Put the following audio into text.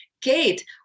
Kate